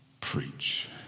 preach